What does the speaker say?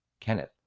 Kenneth